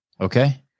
Okay